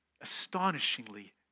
astonishingly